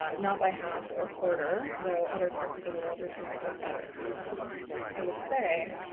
not not by half or quarter though other parts of the world are doing a bit better i would say.